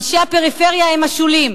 אנשי הפריפריה הם השוליים,